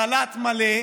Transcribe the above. לחל"ת מלא,